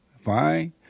fine